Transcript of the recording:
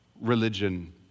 religion